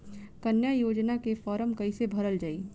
कन्या योजना के फारम् कैसे भरल जाई?